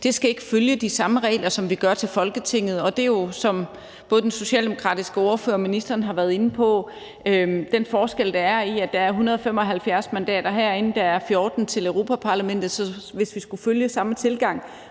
ikke skal følge de samme regler, som der er til Folketinget. Det er jo, som både den socialdemokratiske ordfører og ministeren har været inde på, den forskel, der er i, at der er 175 mandater herinde, mens der er 14 til Europa-Parlamentet. Så hvis vi skulle følge samme tilgang,